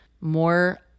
more